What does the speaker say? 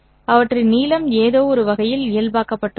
அவற்றின் நீளம் ஏதோவொரு வகையில் இயல்பாக்கப்பட்டுள்ளது